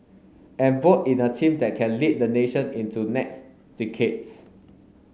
and vote in a team that can lead the nation into next decades